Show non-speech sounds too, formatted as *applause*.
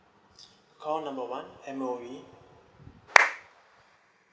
call number one M_O_E *noise*